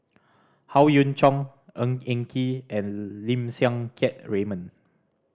Howe Yoon Chong Ng Eng Kee and Lim Siang Keat Raymond